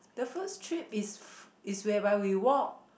the first trip is is whereby we walk